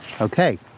Okay